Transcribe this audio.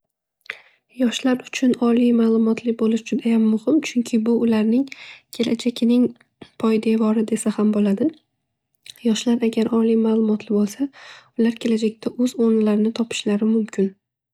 Yoshlar uchun oliy ma'lumotli bo'lish judayam muhim. Chunki bu ularning kelajakining poydevori desa ham bo'ladi. Yoshlar agar oliy ma'lumotli bo'lsa ular kelajakda o'z o'rnilarini topishlari mumkin.